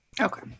Okay